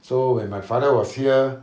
so when my father was here